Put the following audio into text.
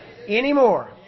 Anymore